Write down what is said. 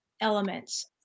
elements